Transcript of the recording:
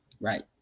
Right